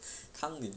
康敏